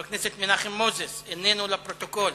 חבר הכנסת ג'מאל זחאלקה, איננו, לפרוטוקול.